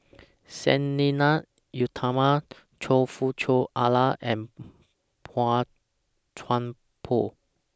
Sang Nila Utama Choe Fook Cheong Alan and Boey Chuan Poh